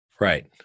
right